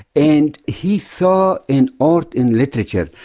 and he saw in art, in literature,